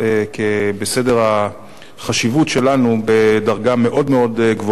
בסדר החשיבות שלנו הדרגה מאוד מאוד גבוהה.